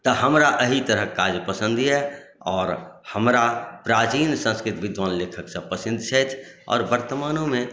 तऽ हमरा एही तरहके काज पसन्द यए आओर हमरा प्राचीन संस्कृत विद्वान लेखकसभ पसिन्न छथि आओर वर्तमानोमे